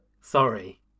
Sorry